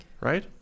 right